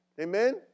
Amen